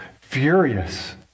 furious